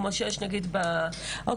כמו שיש נגיד במגזר